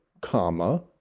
comma